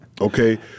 Okay